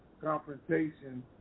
confrontation